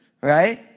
right